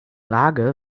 lage